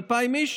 2,000 איש,